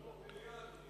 מליאה,